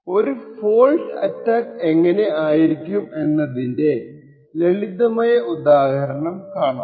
ഒരു fault attack എങ്ങനെ ആയിരിക്കും എന്നതിന്റെ ലളിതമായ ഉദാഹരണം കാണാം